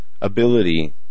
ability